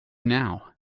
now